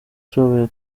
ushoboye